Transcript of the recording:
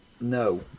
No